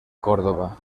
córdoba